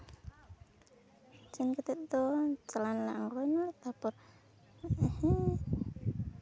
ᱥᱮᱱ ᱠᱟᱛᱮ ᱪᱟᱞᱟᱣᱱᱟᱞᱮ ᱟᱬᱜᱳᱭᱱᱟᱞᱮ ᱛᱟᱯᱚᱨ ᱦᱮᱸ